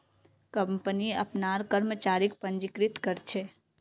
company अपनार कर्मचारीक पंजीकृत कर छे